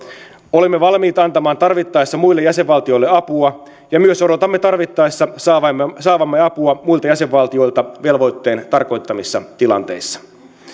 olemme valmiita antamaan tarvittaessa muille jäsenvaltioille apua ja myös odotamme tarvittaessa saavamme apua muilta jäsenvaltioilta velvoitteen tarkoittamissa tilanteissa